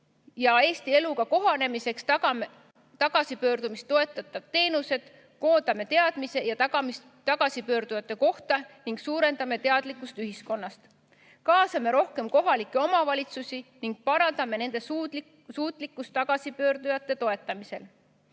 ja Eesti eluga kohanemiseks tagame tagasipöördumist toetavad teenused, koondame teadmised tagasipöördujate kohta ning suurendame teadlikkust ühiskonnast, kaasame rohkem kohalikke omavalitsusi ning parandame nende suutlikkust tagasipöördujate toetamisel. Üleilmse